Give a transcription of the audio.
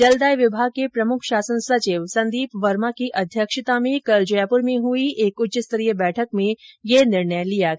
जलदाय विभाग के प्रमुख शासन सचिव संदीप वर्मा की अध्यक्षता में कल जयपुर में हई एक उच्चस्तरीय बैठक में यह निर्णय किया गया